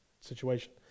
situation